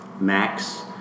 Max